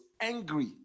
angry